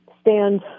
stand